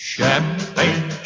Champagne